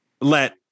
let